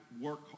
work